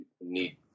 need